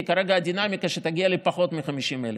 כי כרגע הדינמיקה שתגיע לפחות מ-50,000.